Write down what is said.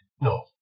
no